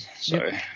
Sorry